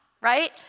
right